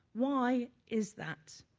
why is that?